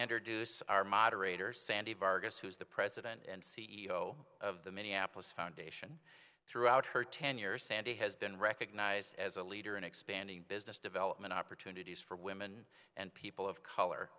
enter duce our moderator sandy vargas who is the president and c e o of the minneapolis foundation throughout her tenure sandy has been recognized as a leader in expanding business development opportunities for women and people of color